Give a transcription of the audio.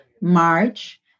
March